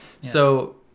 So-